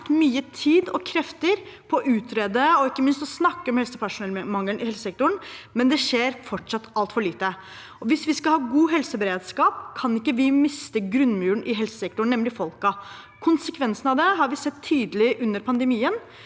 er brukt mye tid og krefter på å utrede og ikke minst snakke om helsepersonellmangelen i helsesektoren, men det skjer fortsatt altfor lite. Hvis vi skal ha god helseberedskap, kan vi ikke miste grunnmuren i helsesektoren, nemlig folkene. Konsekvensene av det har vi sett tydelig under pandemien.